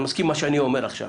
אני מסכים עם מה שאני אומר עכשיו.